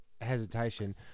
hesitation